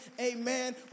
amen